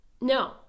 No